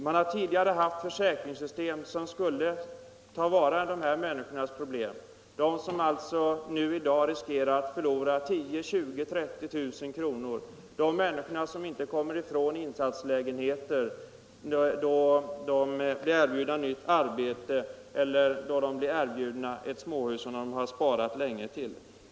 Man har tidigare haft ett försäkringssystem som skulle tillvarata dessa människors intressen, alltså de som i dag riskerar att förlora 10 000-30 000 kronor vid försäljning eller inte ens kan bli av med sina insatslägenheter. Många har nu när de erbjudits nytt arbete eller att få köpa ett småhus som de länge har sparat till tvingats stanna kvar i sin insatslägenhet.